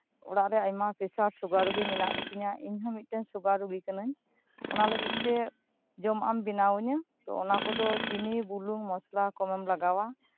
ᱚᱲᱟᱜ ᱨᱮ ᱟᱭᱢᱟ ᱯᱮᱥᱟᱨ ᱥᱩᱜᱟᱨ ᱨᱩᱜᱤ ᱢᱮᱱᱟᱜ ᱠᱚᱛᱤᱧᱟ ᱤᱧ ᱦᱚᱸ ᱢᱤᱫᱴᱟᱝ ᱥᱩᱜᱟᱨ ᱨᱩᱜᱤ ᱠᱟᱹᱱᱟᱹᱧ ᱚᱱᱟ ᱞᱟᱹᱜᱤᱫᱛᱮ ᱡᱚᱢᱟᱜ ᱮᱢ ᱵᱮᱱᱟᱣ ᱤᱧᱟᱹ ᱛᱚ ᱚᱱᱟ ᱠᱚᱫᱚ ᱪᱤᱱᱤ ᱵᱩᱞᱩᱝ ᱢᱚᱥᱞᱟ ᱠᱚᱢᱮᱢ ᱞᱟᱜᱟᱣᱼᱟ